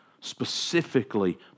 specifically